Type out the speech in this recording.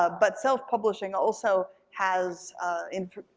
ah but self-publishing also has